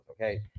okay